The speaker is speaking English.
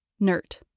NERT